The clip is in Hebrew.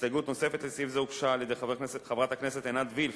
הסתייגות נוספת לסעיף זה הוגשה על-ידי חברת הכנסת עינת וילף,